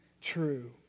true